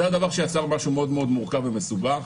זה הדבר שיצר משהו מאוד מאוד מורכב ומסובך.